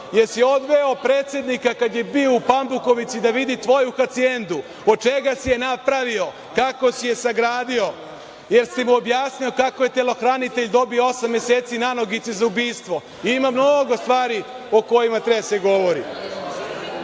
Jesi li odveo predsednika kad je bio u Pambukovici da vidi tvoju hacijendu? Od čega si je napravio? Kako si je sagradio? Jesi li objasnio kako je telohranitelj dobio osam meseci nanogice za ubistvo? Ima mnogo stvari o kojima treba da